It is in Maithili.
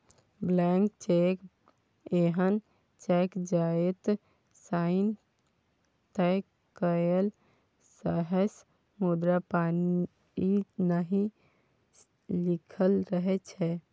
ब्लैंक चैक एहन चैक जतय साइन तए कएल रहय मुदा पाइ नहि लिखल रहै छै